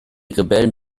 rebellen